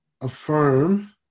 affirm